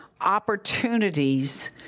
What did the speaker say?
opportunities